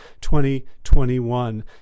2021